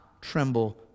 tremble